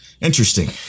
interesting